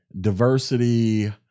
diversity